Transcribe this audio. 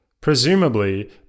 presumably